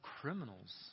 criminals